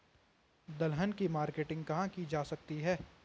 दलहन की मार्केटिंग कहाँ की जा सकती है?